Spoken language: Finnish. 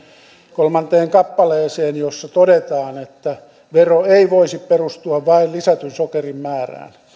kolmanteen kappaleeseen jossa todetaan että vero ei voisi perustua vain lisätyn sokerin määrään